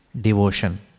Devotion